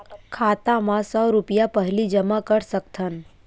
खाता मा सौ रुपिया पहिली जमा कर सकथन?